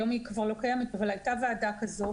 היום היא כבר לא קיימת אבל הייתה ועדה כזו,